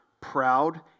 proud